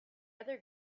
other